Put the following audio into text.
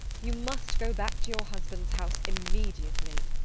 you must go back to your husband's house immediately.